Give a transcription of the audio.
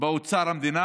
באוצר המדינה.